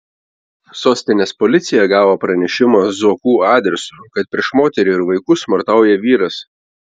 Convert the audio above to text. sostinės policija gavo pranešimą zuokų adresu kad prieš moterį ir vaikus smurtauja vyras